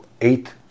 eight